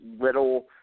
little